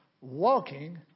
walking